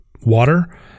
water